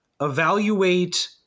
evaluate